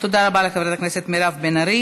תודה רבה לחברת הכנסת מירב בן ארי.